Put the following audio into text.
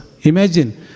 Imagine